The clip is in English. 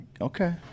Okay